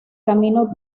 camino